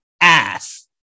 ass